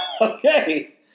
Okay